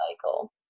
cycle